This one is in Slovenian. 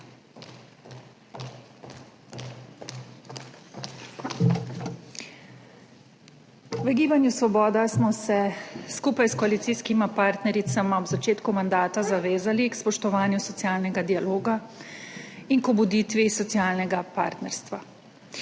V Gibanju Svoboda smo se skupaj s koalicijskima partnericama ob začetku mandata zavezali k spoštovanju socialnega dialoga in k obuditvi socialnega partnerstva,